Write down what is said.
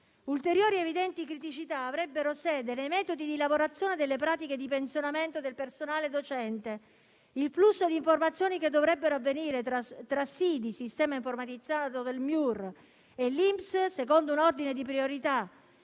Ulteriori ed evidenti criticità avrebbero sede nei metodi di lavorazione delle pratiche di pensionamento del personale docente. Il flusso di informazioni, che dovrebbe avvenire tra SIDI (il sistema informatizzato del MIUR) e l'Inps secondo un ordine di priorità